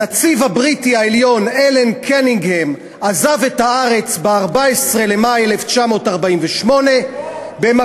הנציב הבריטי העליון אלן קנינגהם עזב את הארץ ב-14 במאי 1948. הוא פה.